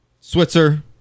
Switzer